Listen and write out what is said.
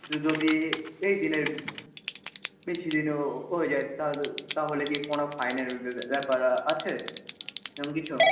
যদি এই দিনের বেশি দিনও হয়ে যায় তাহলে তাহলে কি কোনো ফাইনের ব্যাপার আছে তেমন কিছু